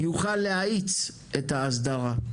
יוכל להאיץ את ההסדרה.